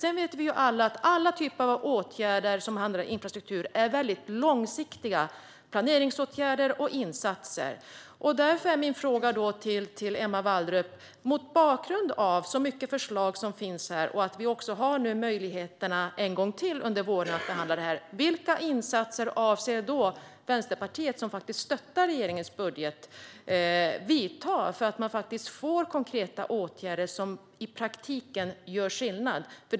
Vi vet alla att alla typer av åtgärder som handlar om infrastruktur - planeringsåtgärder och insatser - är långsiktiga. Därför vill jag fråga Emma Wallrup: Det finns så många förslag här, och vi kommer att ha möjlighet att behandla det här en gång till under våren. Vad avser Vänsterpartiet, som faktiskt stöttar regeringens budget, att göra för att det ska leda till konkreta åtgärder som gör skillnad i praktiken?